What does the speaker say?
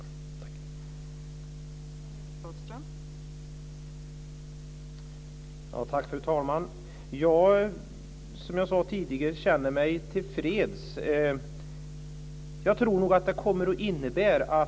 Tack!